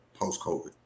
post-COVID